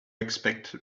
expect